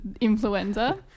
influenza